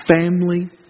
family